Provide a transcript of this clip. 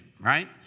right